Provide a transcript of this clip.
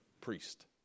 priest